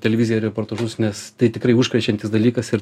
televiziją reportažus nes tai tikrai užkrečiantis dalykas ir